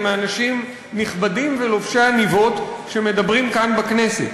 ומאנשים נכבדים ולובשי עניבות שמדברים כאן בכנסת.